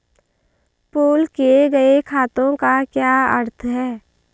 Pool किए गए खातों का क्या अर्थ है?